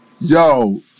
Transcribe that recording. Yo